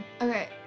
Okay